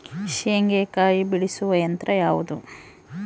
ಶೇಂಗಾಕಾಯಿ ಬಿಡಿಸುವ ಯಂತ್ರ ಯಾವುದು?